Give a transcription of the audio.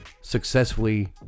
successfully